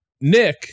Nick